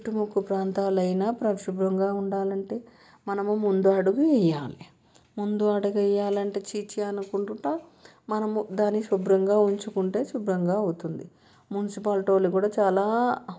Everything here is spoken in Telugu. చుట్టు ముట్టు ప్రాంతాలైన పరిశుభ్రంగా ఉండాలంటే మనము ముందు అడుగు వేయాలి ముందు అడుగు వేయాలంటే చీ చీ అనుకుండా మనము దానికి శుభ్రంగా ఉంచుకుంటే శుభ్రంగా అవుతుంది మున్సిపాలిటీ వాళ్ళు కూడా చాలా